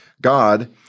God